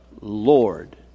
Lord